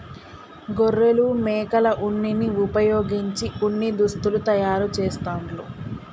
గొర్రెలు మేకల ఉన్నిని వుపయోగించి ఉన్ని దుస్తులు తయారు చేస్తాండ్లు